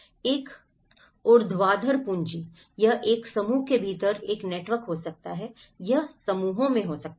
एक ऊर्ध्वाधर पूंजी यह एक समूह के भीतर एक नेटवर्क हो सकता है यह समूहों में हो सकता है